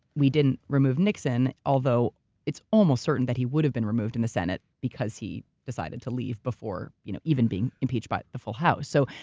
we didn't remove nixon, although it's almost certain that he would have been removed in the senate because he decided to leave before you know even being impeached by the full house. so,